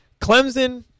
Clemson